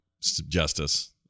justice